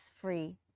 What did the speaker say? free